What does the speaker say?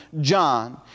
John